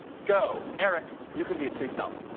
go! eric, you can be a tree stump.